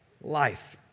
life